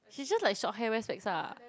she just like short hair wear specs ah